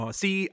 see